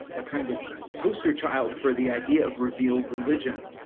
kind of poster child for the idea of revealed religion.